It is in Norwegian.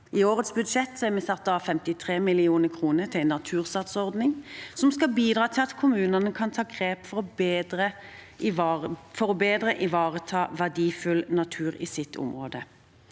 I årets budsjett har vi satt av 53 mill. kr til en natursatsordning, som skal bidra til at kommunene kan ta grep for bedre å ivareta verdifull natur i sitt område.